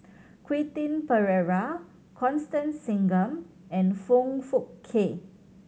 Quentin Pereira Constance Singam and Foong Fook Kay